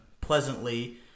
pleasantly